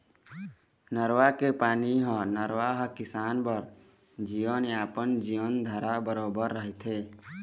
नरूवा के पानी ह नरूवा ह किसान बर जीवनयापन, जीवनधारा बरोबर रहिथे